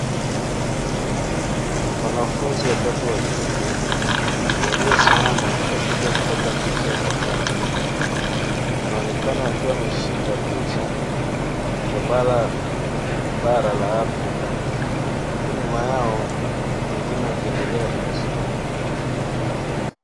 Wanafunzi watatu wa kike waliosimama kwa ajili ya kupata picha ya pamoja, wanaonekana wakiwa wameshika picha za bara la Afrika; huku nyuma yao wengine wakiendelea kujisomea.